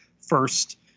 first